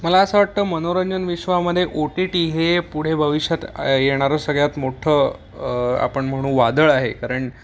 मला असं वाटतं मनोरंजन विश्वामध्ये ओ टी टी हे पुढे भविष्यात येणारं सगळ्यात मोठं आपण म्हणू वादळ आहे कारण